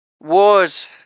wars